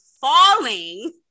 falling